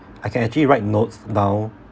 I can actually write notes down